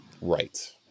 Right